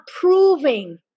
proving